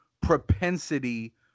propensity